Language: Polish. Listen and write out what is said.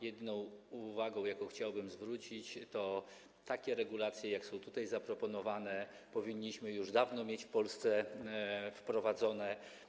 Jedyną uwagą, jaką chciałbym przedstawić, jest to, że takie regulacje, jakie są tutaj zaproponowane, powinniśmy już dawno mieć w Polsce wprowadzone.